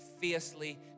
fiercely